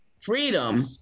freedom